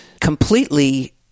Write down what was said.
completely